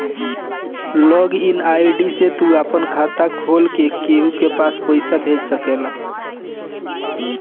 log in ID से तू आपन खाता खोल के केहू के पईसा भेज सकेला